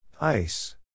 Ice